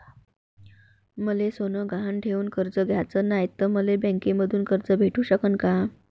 मले सोनं गहान ठेवून कर्ज घ्याचं नाय, त मले बँकेमधून कर्ज भेटू शकन का?